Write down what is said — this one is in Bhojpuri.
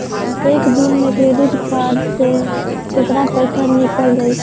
एक दिन मे क्रेडिट कार्ड से कितना पैसा निकल जाई?